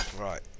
Right